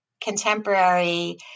contemporary